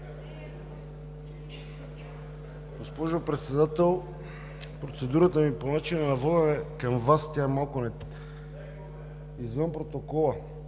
Госпожо Председател, процедурата ми по начина на водене към Вас е малко извън протокола.